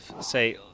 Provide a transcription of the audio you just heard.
say